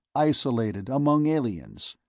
isolated among aliens?